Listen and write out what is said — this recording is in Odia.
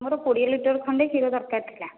ମୋର କୋଡ଼ିଏ ଲିଟର ଖଣ୍ଡେ କ୍ଷୀର ଦରକାର ଥିଲା